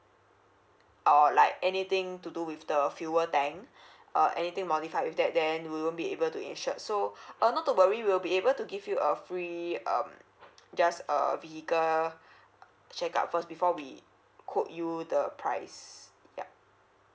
or like anything to do with the fuel tank uh anything modified with that then we won't be able to insured so uh not to worry we will be able to give you a free um just uh vehicle check up first before we quote you the price yup